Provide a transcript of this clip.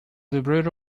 libretto